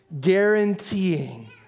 guaranteeing